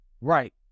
Right